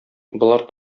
болар